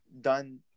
Done